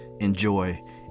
enjoy